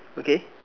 okay